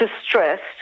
distressed